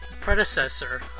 predecessor